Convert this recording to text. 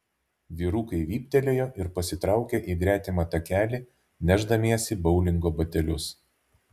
vyrukai vyptelėjo ir pasitraukė į gretimą takelį nešdamiesi boulingo batelius